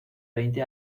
veinte